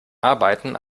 arbeiten